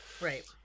Right